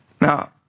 Now